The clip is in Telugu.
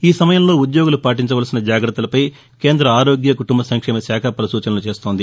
ఈ సమయంలో ఉద్యోగులు పాటించాల్సిన జాగ్రత్తలపై కేంద్ర ఆరోగ్య కుటుంబసంక్షేమ శాఖ పలు సూచనలు చేసింది